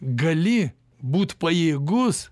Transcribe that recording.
gali būt pajėgus